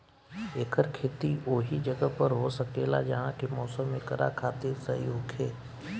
एकर खेती ओहि जगह पर हो सकेला जहा के मौसम एकरा खातिर सही होखे